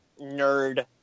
nerd